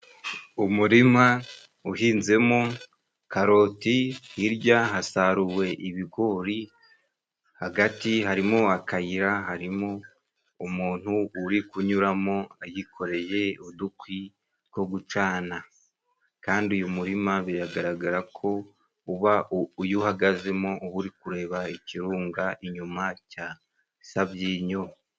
Umurima uhinzemo karoti hirya hasaruwe ibigori hagati harimo akayira, harimo umuntu uri kunyuramo yikoreye udukwi two gucana, kandi uyu murima biragaragara ko uba iyo uhagazemo uba uri kureba ikirunga inyuma cya Sabyinyo.